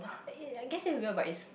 ya it is I guess it's real but is